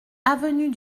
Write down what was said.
avenue